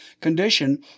condition